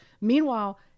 Meanwhile